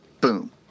boom